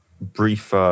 brief